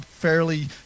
fairly